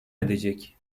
edecek